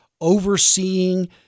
overseeing